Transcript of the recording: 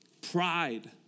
Pride